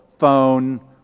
phone